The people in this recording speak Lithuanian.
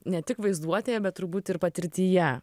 ne tik vaizduotėje bet turbūt ir patirtyje